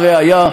הראיה,